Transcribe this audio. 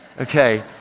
Okay